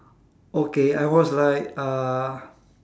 okay I was like uh